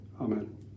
Amen